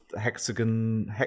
hexagon